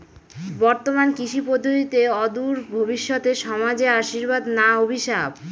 বর্তমান কৃষি পদ্ধতি অদূর ভবিষ্যতে সমাজে আশীর্বাদ না অভিশাপ?